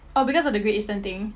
oh because of the great eastern thing